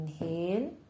inhale